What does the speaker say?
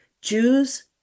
Jews